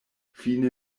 fine